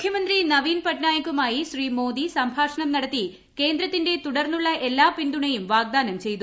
മുഖ്യമന്ത്രി നവീൻ പട്നായിക്കുമായി ശ്രീ മോദി സംഭാഷണം നടത്തി കേന്ദ്രത്തിന്റെ തുടർന്നുള്ള എല്ലാ പിന്തുണയും വാഗ്ദാനം ചെയ്തു